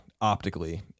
Optically